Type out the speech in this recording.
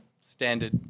standard